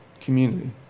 community